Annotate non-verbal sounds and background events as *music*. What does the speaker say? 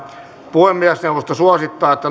puhemiesneuvosto suosittaa että *unintelligible*